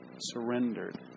surrendered